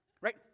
right